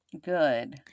Good